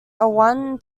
one